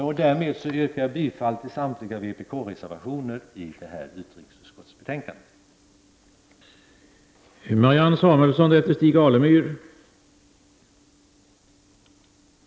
Med detta yrkar jag bifall till samtliga vpk-reservationer i utrikesutskottets betänkande nr 15.